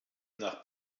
nach